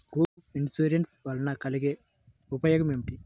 Group insurance వలన కలిగే ఉపయోగమేమిటీ?